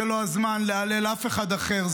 זה לא הזמן להלל אף אחד אחר,